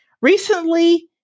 recently